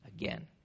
again